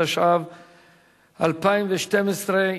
התשע"ב 2012,